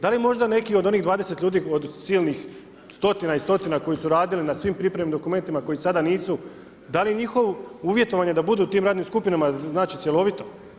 Da li možda neki od onih 20 ljudi od silnih stotina i stotina koji su radili na svim pripremnim dokumentima, koji sada nisu, da li je njihovo uvjetovanje, da budu u tim radnim skupinama, znači cjelovito?